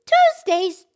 Tuesday's